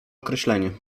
określenie